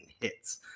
hits